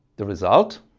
the result